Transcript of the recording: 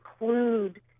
include